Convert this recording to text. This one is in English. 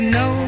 no